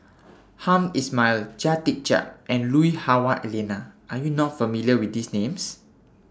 Hamed Ismail Chia Tee Chiak and Lui Hah Wah Elena Are YOU not familiar with These Names